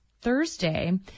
Thursday